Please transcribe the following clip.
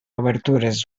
obertures